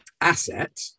asset